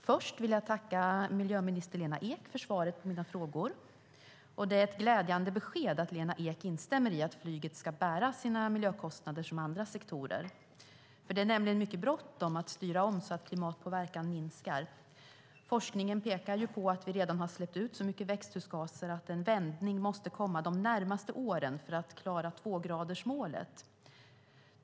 Fru talman! Jag tackar miljöminister Lena Ek för svaret på mina frågor. Det är glädjande att Lena Ek instämmer i att flyget i likhet med andra sektorer ska bära sina miljökostnader. Det är nämligen mycket bråttom att styra om så att klimatpåverkan minskar. Forskningen pekar på att vi redan har släppt ut så mycket växthusgaser att en dämpning måste komma de närmaste åren för att vi ska klara tvågradersmålet.